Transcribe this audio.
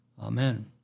Amen